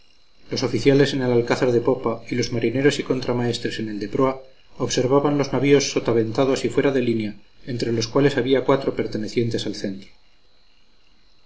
los oficiales en el alcázar de popa y los marineros y contramaestres en el de proa observaban los navíos sotaventados y fuera de línea entre los cuales había cuatro pertenecientes al centro